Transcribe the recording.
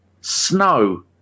snow